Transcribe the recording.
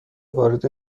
وارد